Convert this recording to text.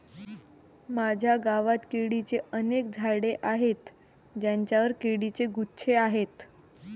माझ्या गावात केळीची अनेक झाडे आहेत ज्यांवर केळीचे गुच्छ आहेत